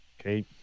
okay